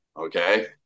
Okay